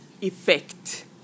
effect